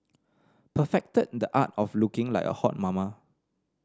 perfected the art of looking like a hot mama